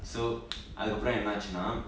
so அதுக்கப்பரொ என்னாச்சுனா:athukappro ennaachunaa